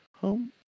home